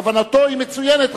כוונתו מצוינת,